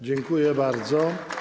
Dziękuję bardzo.